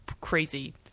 crazy